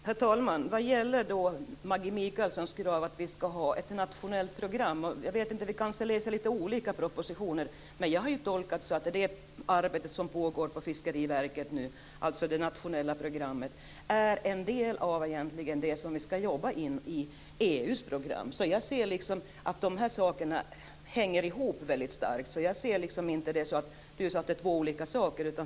Herr talman! Maggi Mikaelssons krav att vi skall ha ett nationellt program får mig att tro att vi läser propositionen litet olika. Jag har tolkat den som att det arbete som nu pågår på Fiskeriverket med det nationella programmet egentligen är en del av det som vi skall jobba in i EU:s program. Jag anser att de här sakerna hänger mycket starkt ihop. Jag ser liksom inte att det är två olika saker.